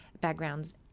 backgrounds